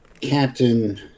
captain